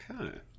Okay